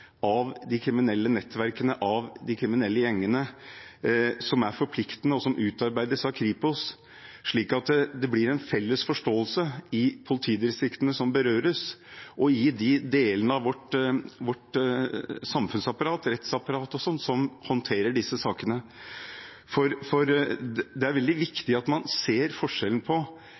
av de kriminelle nettverkene, av de kriminelle gjengene, som er forpliktende, og som utarbeides av Kripos, slik at det blir en felles forståelse i politidistriktene som berøres, og i de delene av vårt samfunnsapparat, rettsapparat og sånt som håndterer disse sakene. For det er veldig viktig at man ser forskjellen på